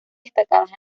destacadas